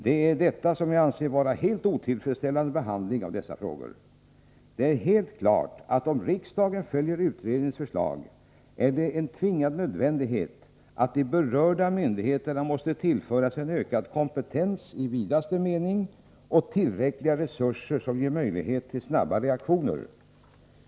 Det anser jag vara en helt otillfredsställande behandling av dessa frågor. Det är helt klart, att om riksdagen följer utredningens förslag, är det en tvingande nödvändighet att de berörda myndigheterna tillförs en ökad kompetens i vidaste mening och tillräckliga resurser som ger möjlighet till snabba reaktioner.